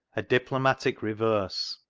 a diplomatic reverse